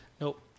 Nope